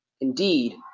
Indeed